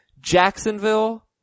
Jacksonville